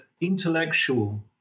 intellectual